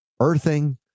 earthing